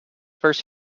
first